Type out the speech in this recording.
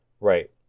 Right